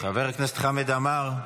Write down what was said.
חבר הכנסת חמד עמאר,